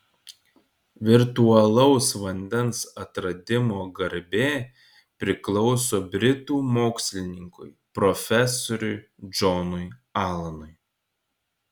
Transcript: virtualaus vandens atradimo garbė priklauso britų mokslininkui profesoriui džonui alanui